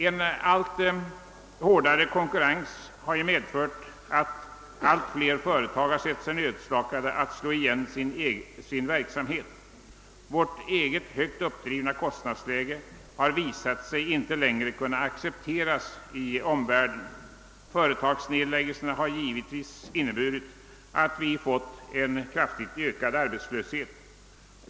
En hårdnande konkurrens har medfört att allt fler företagare har sett sig nödsakade att lägga ner sin verksamhet. Vårt eget högt uppdrivna kostnadsläge har visat sig inte längre kunna accepteras i omvärlden. Företagsnedläggelserna har givetvis inneburit en kraftigt ökad arbetslöshhet.